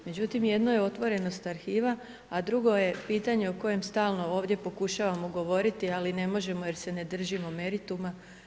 Međutim, jedno je otvorenost arhiva, a drugo je pitanje o kojem stalno ovdje pokušavamo govoriti, ali ne možemo jer se ne držimo merituma.